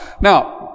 Now